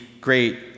great